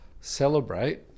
celebrate